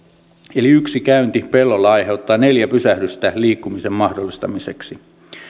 eli yksi käynti pellolla aiheuttaa neljä pysähdystä liikkumisen mahdollistamiseksi